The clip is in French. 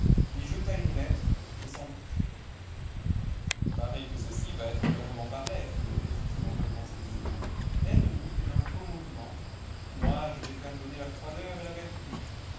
lui jeta une lettre et s'enfuit il paraît que ceci va être le roman par lettres dit-il en relevant celle-ci l'ennemi fait un faux mouvement moi je vais faire donner la froideur et la vertu